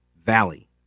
Valley